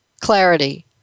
clarity